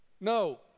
no